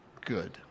good